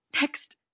next